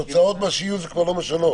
התוצאות כבר לא משנות,